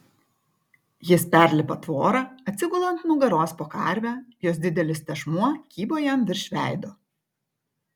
jis perlipa tvorą atsigula ant nugaros po karve jos didelis tešmuo kybo jam virš veido